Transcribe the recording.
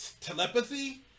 telepathy